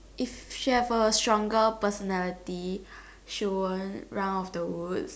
if she have a stronger personality she would run out of the woods